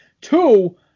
two